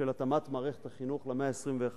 של התאמת מערכת החינוך למאה ה-21,